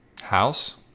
house